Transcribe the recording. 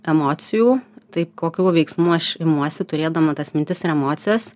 emocijų taip kokių veiksmų aš imuosi turėdama tas mintis ir emocijas